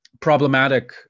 problematic